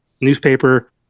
newspaper